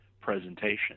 presentation